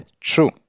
true